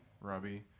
Robbie